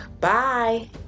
bye